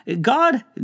God